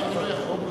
אבל אתה לא יכול.